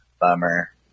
Bummer